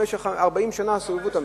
במשך 40 שנה סובבו אותם.